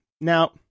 Now